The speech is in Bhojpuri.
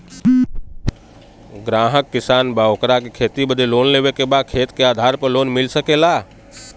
ग्राहक किसान बा ओकरा के खेती बदे लोन लेवे के बा खेत के आधार पर लोन मिल सके ला?